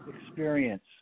Experience